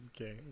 Okay